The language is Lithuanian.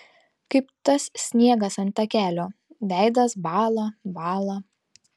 kaip tas sniegas ant takelio veidas bąla bąla